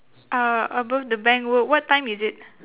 uh above the bank wh~ what time is it